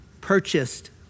purchased